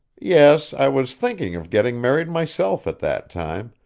yes, i was thinking of getting married myself at that time,